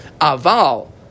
Aval